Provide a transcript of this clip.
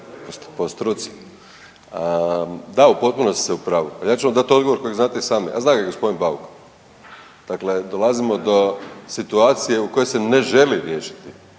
po struci. Da, u potpunosti ste u pravu, a ja ću vam dat odgovor kojeg znate i sami, a zna ga i g. Bauk. Dakle, dolazimo do situacije u kojoj se ne želi riješiti